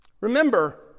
Remember